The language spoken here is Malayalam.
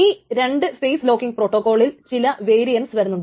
ഈ 2 ഫേസ് ലോക്കിങ് പ്രോട്ടോക്കോളിൽ ചില വേരിയന്റ്സ് വരുന്നുണ്ട്